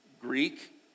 Greek